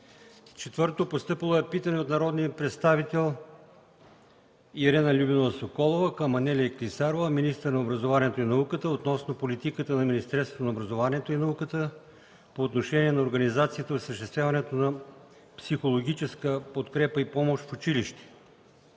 2014 г. 4. Постъпило е питане от народния представител Ирена Любенова Соколова към Анелия Клисарова – министър на образованието и науката, относно политиката на Министерството на образованието и науката по отношение на организацията и осъществяването на психологическа подкрепа и помощ в училище.